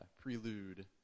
prelude